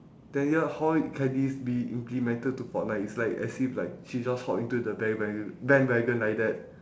then ya how it can this be implemented to fortnite is like as if like she just hog into the bandwa~ bandwagon like that